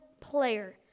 player